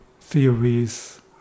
theories